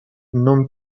non